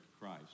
Christ